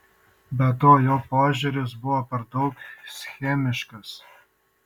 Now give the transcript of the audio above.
be to jo požiūris buvo per daug schemiškas